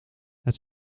het